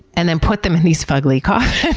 and then put them in these fugly coffins.